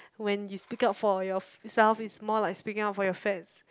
when you speak up for yourself it's more like speaking up for your fats